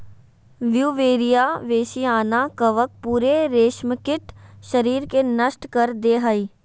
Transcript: Beauveria bassiana कवक पूरे रेशमकीट शरीर के नष्ट कर दे हइ